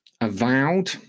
Avowed